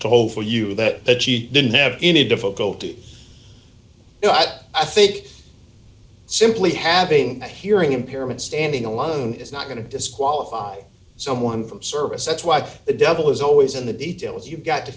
to hold for you that that she didn't have any difficulty but i think simply having a hearing impairment standing alone is not going to disqualify someone from service that's why the devil is always in the details you've got to